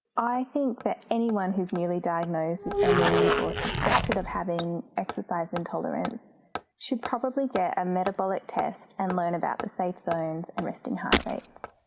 i think that anyone who's newly diagnosed with m e. or suspected of having exercise intolerance should probably get a metabolic test and learn about the safe zones and resting heart rates.